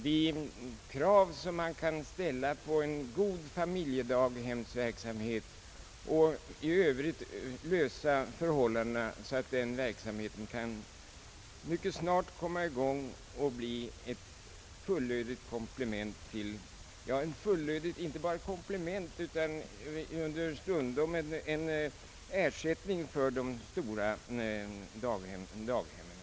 Den bör behandla de krav man bör ställa på en god <familjedaghemsverksamhet och även i Övrigt lösa familjedaghemmens förhållanden så att mycket snart en utökad verksamhet kan komma i gång och bli ett fullödigt komplement och inte bara komplement till utan understundom en bättre ersättning för de stora daghemmen.